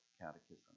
Catechism